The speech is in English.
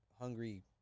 hungry